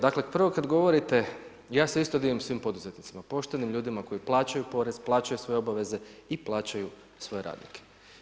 Dakle, prvo kad govorite, ja se isto divim svim poduzetnicima, poštenim ljudima koji plaćaju porez, plaćaju svoje obaveze i plaćaju svoje radnike.